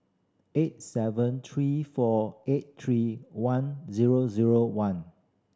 eight seven three four eight three one zero zero one